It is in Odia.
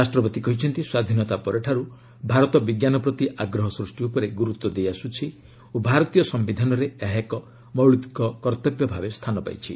ରାଷ୍ଟ୍ରପତି କହିଛନ୍ତି ସ୍ୱାଧୀନତା ପରଠାରୁ ଭାରତ ବିଜ୍ଞାନ ପ୍ରତି ଆଗ୍ରହ ସୃଷ୍ଟି ଉପରେ ଗୁରୁତ୍ୱ ଦେଇଆସୁଛି ଓ ଭାରତୀୟ ସମ୍ଭିଧାନରେ ଏହା ଏକ ମୌଳିକ କର୍ତ୍ତବ୍ୟ ଭାବେ ସ୍ଥାନ ପାଇଛି